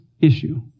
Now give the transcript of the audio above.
issue